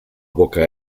boca